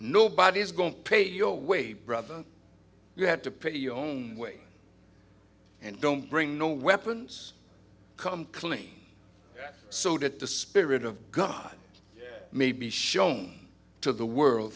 nobody is going to pay your way brother you have to pay your own way and don't bring no weapons come clean so that the spirit of god may be shown to the world